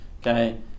okay